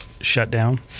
shutdown